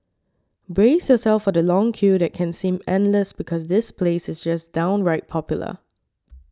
brace yourself for the long queue that can seem endless because this place is just downright popular